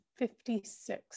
56